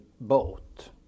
boat